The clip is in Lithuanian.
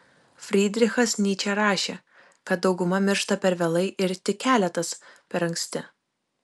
frydrichas nyčė rašė kad dauguma miršta per vėlai ir tik keletas per anksti